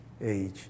age